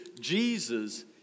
Jesus